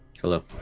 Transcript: hello